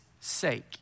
sake